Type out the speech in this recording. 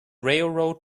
railroad